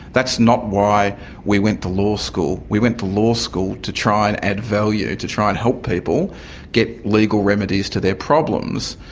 that's not why we went to law school we went to law school to try and add value, to try and help people get legal remedies to their problems.